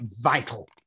vital